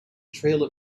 trail